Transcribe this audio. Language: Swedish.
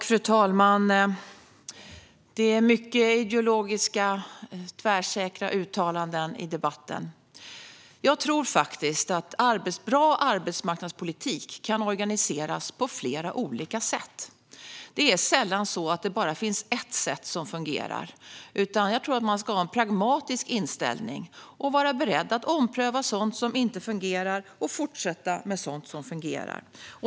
Fru talman! Det är många ideologiska, tvärsäkra uttalanden i debatten. Jag tror faktiskt att bra arbetsmarknadspolitik kan organiseras på flera olika sätt. Det är sällan så att det bara finns ett sätt som fungerar. Jag tror att man ska ha en pragmatisk inställning och vara beredd att ompröva sådant som inte fungerar och fortsätta med sådant som fungerar.